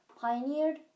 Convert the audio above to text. pioneered